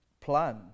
plan